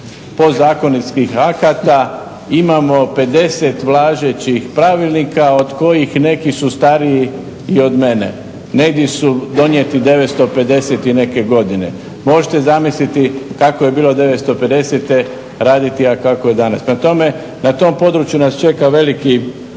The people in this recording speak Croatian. podzakonskih akata, imamo 50 važećih pravilnika od kojih neki su stariji i od mene. Neki su donijeti 950 i neke godine. Možete zamisliti kako je bilo 950 raditi, a kako je danas. Prema tome, na tom području nas čeka veliki posao